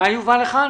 יובאו תקנות.